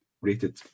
rated